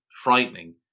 frightening